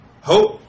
Hope